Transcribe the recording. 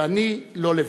ואני לא לבד,